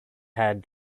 had